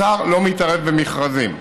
שר לא מתערב במכרזים,